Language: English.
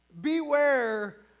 Beware